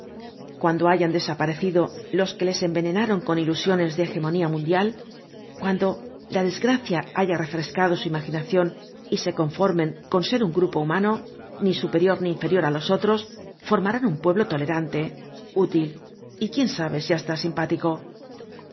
cuando hayan desaparecido los que les envenenaron con ilusiones de hegemonía mundial cuando la desgracia haya refrescado su imaginación y se conformen con ser un grupo humano ni superior ni inferior á los otros formarán un pueblo tolerante útil y quién sabe si hasta simpático no